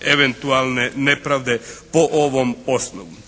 eventualne nepravde po ovom osnovu.